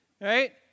Right